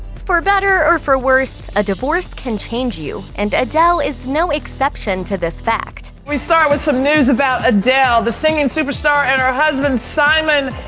for better or for worse, a divorce can change you and adele is no exception to this fact. we start with some news about adele. the singing superstar and her husband, simon,